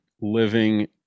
living